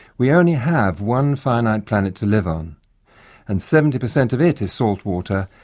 we only have one finite planet to live on and seventy percent of it is salt water,